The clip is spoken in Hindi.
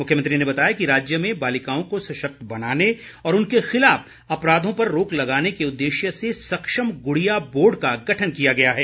मुख्यमंत्री ने बताया कि राज्य में बालिकाओं को सशक्त बनाने और उनके खिलाफ अपराधों पर रोक लगाने के उददेश्य से सक्षम गुड़िया बोर्ड का गठन किया गया है